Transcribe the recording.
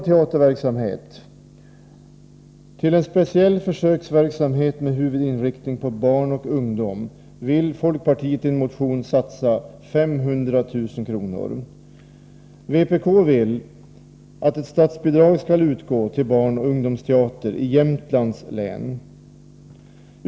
Till en speciell försöksverksamhet med huvudinriktning på barn och ungdom vill folkpartiet i en motion satsa 500 000 kr. Vpk vill att ett statsbidrag skall utgå till barnoch ungdomsteater i Jämtlands län.